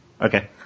Okay